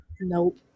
Nope